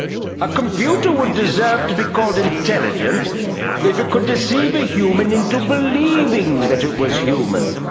a computer would deserve to be called intelligent if it could deceive a human into believing that it was human.